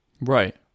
Right